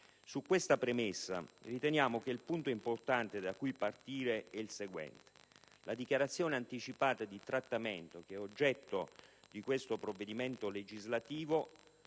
Su questa premessa, riteniamo che il punto importante da cui partire sia il seguente: la dichiarazione anticipata di trattamento, oggetto del provvedimento legislativo